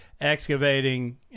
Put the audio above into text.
excavating